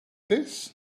this